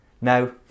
Now